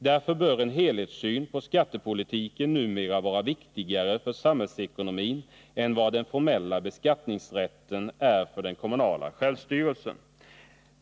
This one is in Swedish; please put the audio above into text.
Därför bör en helhetssyn på skattepolitiken numera vara viktigare för samhällsekonomin än vad den formella beskattningsrätten är för den kommunala självstyrelsen.